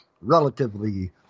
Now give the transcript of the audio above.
relatively